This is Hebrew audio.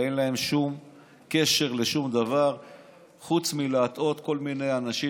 ואין להן קשר לשום דבר חוץ מלהטעות כל מיני אנשים,